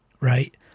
right